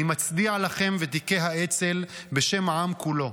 אני מצדיע לכם, ותיקי האצ"ל, בשם העם כולו.